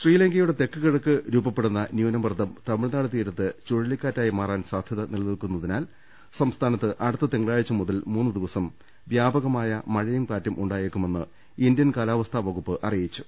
ശ്രീലങ്കയുടെ തെക്കുകിഴക്ക് രൂപപ്പെടുന്ന ന്യൂനമർദം തമിഴ്നാട് തീരത്ത് ചുഴലിക്കാറ്റായി മാറാൻ സാധൃത നിലനിൽക്കുന്നതിനാൽ സംസ്ഥാനത്ത് അടുത്ത തിങ്കളാഴ്ച മുതൽ മൂന്ന് ദിവസം വൃാപകമായ മഴയും കാറ്റും ഉണ്ടായേക്കുമെന്ന് ഇന്ത്യൻ കാലാവസ്ഥാ വകുപ്പ് അറിയിച്ചു